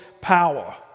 power